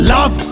Love